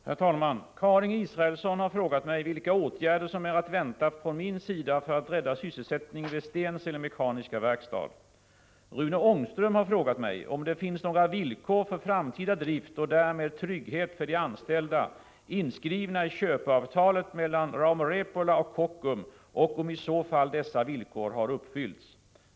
Herr talman! Karin Israelsson har frågat mig vilka åtgärder som är att vänta från min sida för att rädda sysselsättningen vid Stensele Mekaniska Verkstad. Rune Ångström har frågat mig om det finns några villkor för framtida drift och därmed trygghet för de anställda inskrivna i köpeavtalet mellan Rauma Repola och Kockum och i så fall om dessa villkor har uppfyllts.